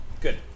Good